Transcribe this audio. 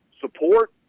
support